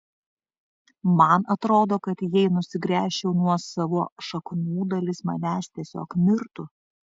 man atrodo kad jei nusigręžčiau nuo savo šaknų dalis manęs tiesiog mirtų